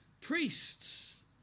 priests